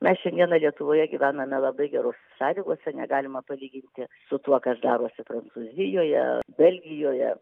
mes šiandieną lietuvoje gyvename labai geruose sąlygose negalima palyginti su tuo kas darosi prancūzijoje belgijoje